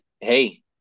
hey